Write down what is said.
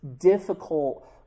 difficult